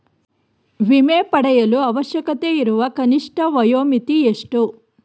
ವಿಮೆ ಪಡೆಯಲು ಅವಶ್ಯಕತೆಯಿರುವ ಕನಿಷ್ಠ ವಯೋಮಿತಿ ಎಷ್ಟು?